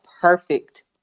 perfect